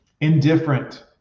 indifferent